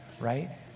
right